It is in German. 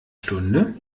stunde